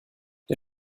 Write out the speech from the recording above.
der